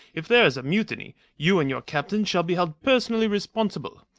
if there is a mutiny, you and your captains shall be held personally responsible.